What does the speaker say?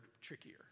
trickier